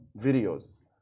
videos